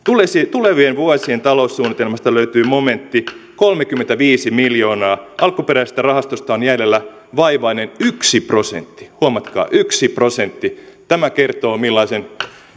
tulevien vuosien taloussuunnitelmasta löytyy momentti kolmekymmentäviisi miljoonaa alkuperäisestä rahastosta on jäljellä vaivainen yksi prosentti huomatkaa yksi prosentti tämä kertoo millaiseen